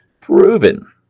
proven